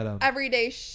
everyday